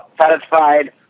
Satisfied